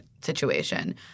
situation